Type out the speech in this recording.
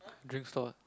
drink stall